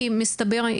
כי מסתבר,